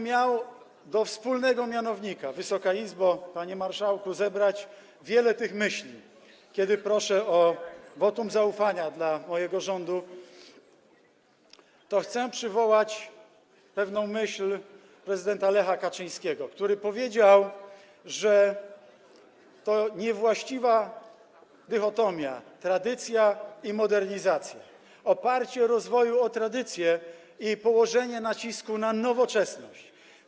Sprowadzając do wspólnego mianownika, Wysoka Izbo, panie marszałku, wiele tych myśli, kiedy proszę o wotum zaufania dla mojego rządu, chcę przywołać pewną myśl prezydenta Lecha Kaczyńskiego, który powiedział, że to niewłaściwa dychotomia: tradycja i modernizacja, oparcie rozwoju na tradycji i położenie nacisku na nowoczesność.